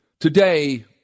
Today